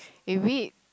is it